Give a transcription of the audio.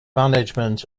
management